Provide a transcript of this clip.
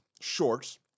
shorts